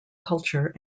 culture